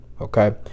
Okay